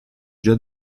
già